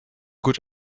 good